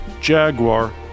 Jaguar